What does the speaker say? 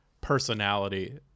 personality